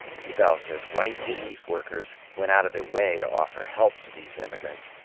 cybelle says white relief workers went out of their way to offer help to these immigrants,